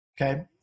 Okay